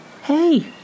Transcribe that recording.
Hey